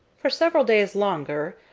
for several days longer,